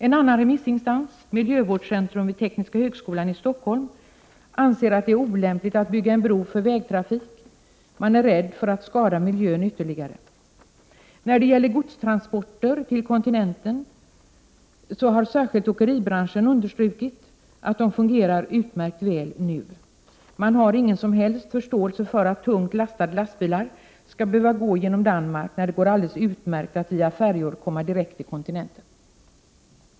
En annan remissinstans, Miljövårdscentrum vid Tekniska högskolan i Stockholm, anser att det är olämpligt att bygga en bro för vägtrafik. Man är rädd för att det skulle skada miljön ytterligare. När det gäller godstransporter till kontinenten har särskilt åkeribranschen understrukit att de fungerar utmärkt väl nu. Man har ingen som helst förståelse för att tungt lastade lastbilar skall behöva gå igenom Danmark, när det går alldeles utmärkt att via färjor komma direkt till kontinenten.